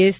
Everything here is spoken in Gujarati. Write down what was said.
એસ